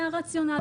זה הרציונל.